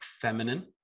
feminine